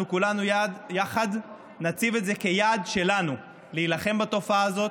אנחנו כולנו יחד נציב את זה כיעד שלנו להילחם בתופעה הזאת,